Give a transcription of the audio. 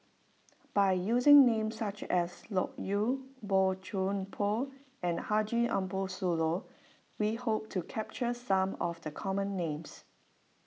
by using names such as Loke Yew Bo Chuan Poh and Haji Ambo Sooloh we hope to capture some of the common names